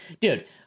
dude